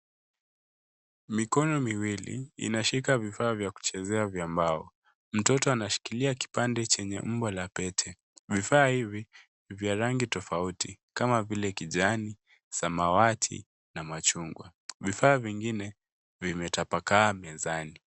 Mikoni miwili inashika vifaa vya kuchezea vya mbao. Mtoto anashikilia kipande chenye umbo la pete. Vifaa hivi ni vya rangi tofauti kama vile majani, samawati na machungwa. Vifaa vingine vimetapakaa mezani.